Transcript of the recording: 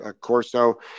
corso